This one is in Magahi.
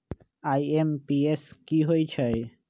आई.एम.पी.एस की होईछइ?